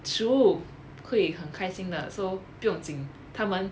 食物会很开心的 so 不用紧他们